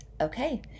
okay